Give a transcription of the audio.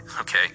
okay